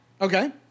Okay